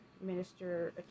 minister